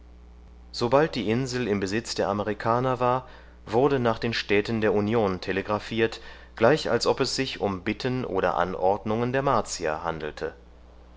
sobald die insel im besitz der amerikaner war wurde nach den städten der union telegraphiert gleich als ob es sich um bitten oder anordnungen der martier handle